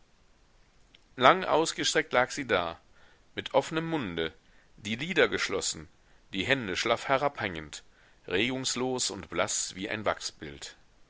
lang ausgestreckt lag sie da mit offnem munde die lider geschlossen die hände schlaff herabhängend regungslos und blaß wie ein wachsbild